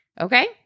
okay